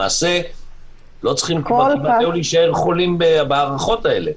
למעשה לא צריכים להישאר חולים בהארכות האלה,